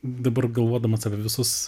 dabar galvodamas apie visus